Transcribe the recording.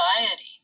anxiety